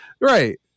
right